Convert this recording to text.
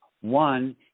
one